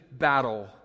battle